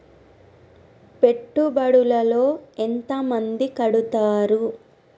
పెట్టుబడుల లో ఎంత మంది కడుతరు?